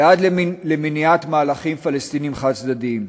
ועד למניעת מהלכים פלסטיניים חד-צדדיים.